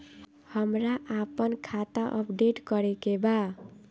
हमरा आपन खाता अपडेट करे के बा